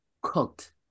cooked